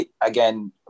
Again